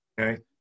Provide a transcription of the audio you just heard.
okay